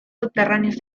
subterráneos